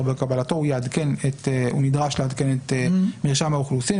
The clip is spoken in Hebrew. וקבלתו הוא נדרש לעדכן את מרשם האוכלוסין.